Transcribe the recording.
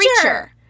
Creature